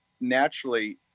naturally